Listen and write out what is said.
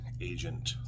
agent